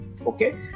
okay